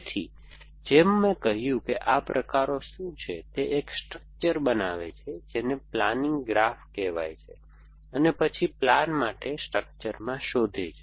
તેથી જેમ મેં કહ્યું કે આ પ્રકારો શું છે તે એક સ્ટ્રક્ચર બનાવે છે જેને પ્લાનિંગ ગ્રાફ કહેવાય છે અને પછી પ્લાન માટે સ્ટ્રક્ચરમાં શોધે છે